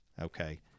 Okay